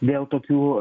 vėl tokių